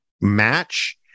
match